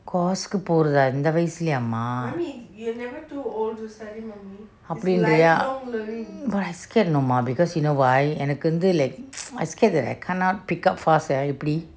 course கு போரதா இந்த வயசுல:ku pooratha intha vayasula mah அப்டிங்கறியா:apdingariyaa I scared no mah because you know why I எனக்கு வந்து:ennaku vanthu like I scared that I cannot pick up fast எப்டி:epdi